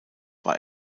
war